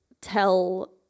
tell